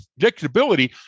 predictability